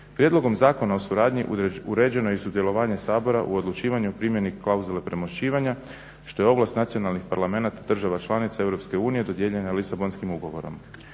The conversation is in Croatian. Prijedlogom zakona o suradnji uređeno je i sudjelovanje Sabora u odlučivanju i primjeni klauzule premošćivanja što je ovlast nacionalnih parlamenata država članica EU dodijeljene Lisabonskim ugovorom.